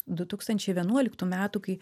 du tūkstančiai vienuoliktų metų kai